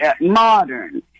modern